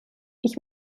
ich